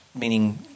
meaning